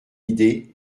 idée